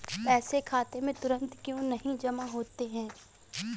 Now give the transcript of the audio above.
पैसे खाते में तुरंत क्यो नहीं जमा होते हैं?